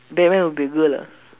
Batman will be girl ah